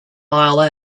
mile